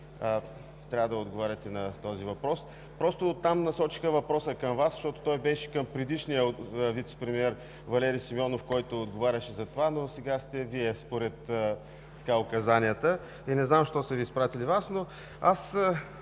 трябва да отговаряте на този въпрос. Просто оттам насочиха въпроса към Вас, защото той беше към предишния вицепремиер Валери Симеонов, който отговаряше за това, но сега сте Вие според указанията. И не знам защо са Ви изпратили Вас, но аз